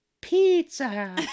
pizza